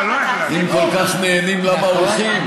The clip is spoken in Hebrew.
אם כל כך נהנים, למה הולכים?